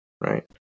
right